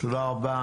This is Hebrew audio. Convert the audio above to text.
תודה רבה.